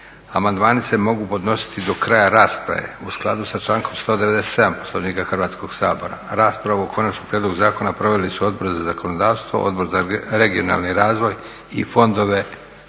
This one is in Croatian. Amandmani se mogu podnositi do kraja rasprave. U skladu sa člankom 197. Poslovnika sabora raspravu o konačnom prijedlogu zakona proveli su Odbor za zakonodavstvo, Odbor za regionalni razvoj i fondove EU.